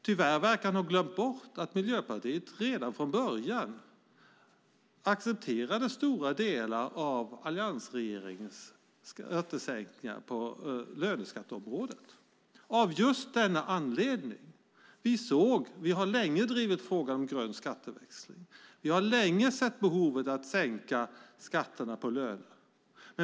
Tyvärr verkar han ha glömt bort att Miljöpartiet redan från början accepterade stora delar av alliansregeringens skattesänkningar på löneskatteområdet av just denna anledning. Vi har länge drivit frågan om grön skatteväxling. Vi har länge sett behovet av att sänka skatterna på löner.